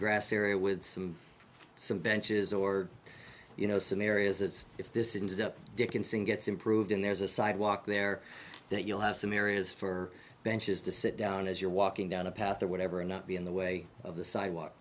grass area with some benches or you know some areas it's if this into dickinson gets improved and there's a sidewalk there that you'll have some areas for benches to sit down as you're walking down a path or whatever and not be in the way of the sidewalk